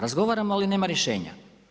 Razgovaramo ali nema rješenja.